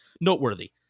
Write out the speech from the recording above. noteworthy